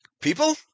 people